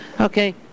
Okay